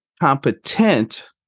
competent